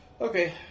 Okay